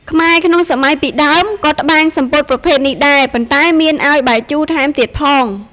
ខ្មែរក្នុងសម័យពីដើមក៏ត្បាញសំពត់ប្រភេទនេះដែរ ប៉ុន្តែមានឱ្យបាយជូរថែមទៀតផង។